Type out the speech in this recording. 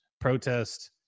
protest